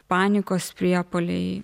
panikos priepuoliai